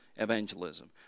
Evangelism